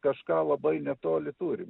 kažką labai netoli turim